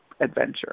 adventure